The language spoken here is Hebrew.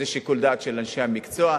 זה שיקול דעת של אנשי המקצוע.